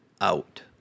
out